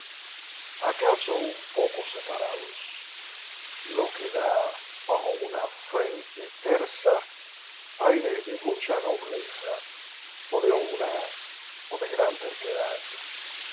acaso un poco separados lo que da bajo una frente tersa aire de mucha nobleza o de gran terquedad